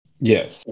Yes